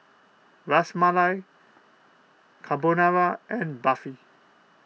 Ras Malai Carbonara and Barfi